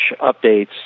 updates